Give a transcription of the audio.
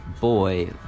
Boy